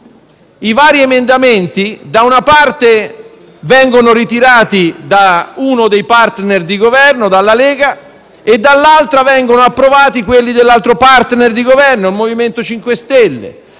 parte, emendamenti vengono ritirati da uno dei *partner* di Governo - la Lega - e, dall'altra, vengono approvati quelli dell'altro *partner* di Governo, il MoVimento 5 Stelle.